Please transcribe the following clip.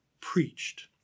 preached